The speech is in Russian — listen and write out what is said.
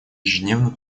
ежедневно